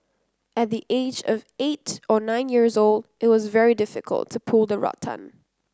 at the age of eight or nine years old it was very difficult to pull the rattan